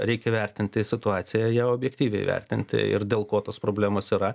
reikia vertinti situaciją ją objektyviai įvertinti ir dėl ko tos problemos yra